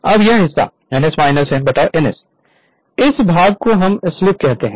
और यह हिस्सा ns n ns इस भाग को हम स्लिप कहते है